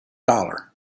dollar